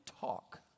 talk